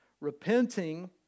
Repenting